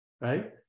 right